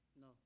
no